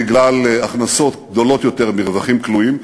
בגלל הכנסות גדולות יותר מרווחים כלואים,